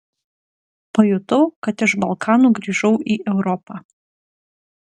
pajutau kad iš balkanų grįžau į europą